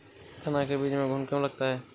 चना के बीज में घुन क्यो लगता है?